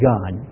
God